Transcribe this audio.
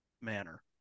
manner